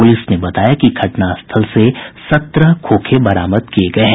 police ने बताया कि घटनास्थल से सत्रह खोखे बरामद किये गये हैं